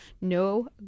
no